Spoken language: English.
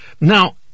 now